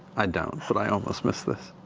i don't, but i almost miss this.